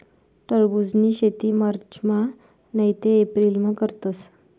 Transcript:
टरबुजनी शेती मार्चमा नैते एप्रिलमा करतस